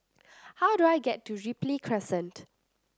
how do I get to Ripley Crescent